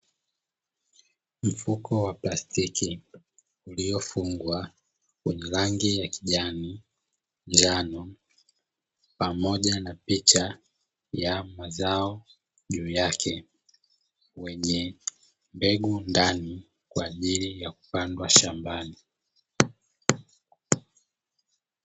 Mfuko wa plastiki uliofungwa yenye rangi ya kijani, njano, pamoja na picha ya mazao juu yake wenye mbegu ndani kwaajili yakupandwa shambani.